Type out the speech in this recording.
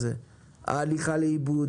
ההליכה לאיבוד,